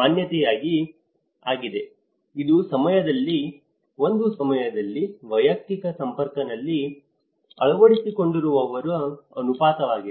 ಮಾನ್ಯತೆಯಾಗಿ ಆಗಿದೆ ಒಂದು ಸಮಯದಲ್ಲಿ ವೈಯಕ್ತಿಕ ಸಂಪರ್ಕನಲ್ಲಿ ಅಳವಡಿಸಿಕೊಳ್ಳುವವರ ಅನುಪಾತವಾಗಿದೆ